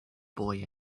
boy